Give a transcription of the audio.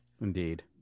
Indeed